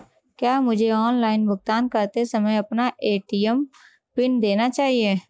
क्या मुझे ऑनलाइन भुगतान करते समय अपना ए.टी.एम पिन देना चाहिए?